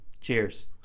Cheers